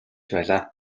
байлаа